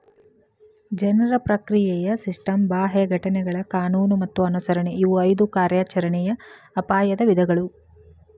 ಜನರ ಪ್ರಕ್ರಿಯೆಯ ಸಿಸ್ಟಮ್ ಬಾಹ್ಯ ಘಟನೆಗಳ ಕಾನೂನು ಮತ್ತ ಅನುಸರಣೆ ಇವು ಐದು ಕಾರ್ಯಾಚರಣೆಯ ಅಪಾಯದ ವಿಧಗಳು